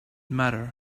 matter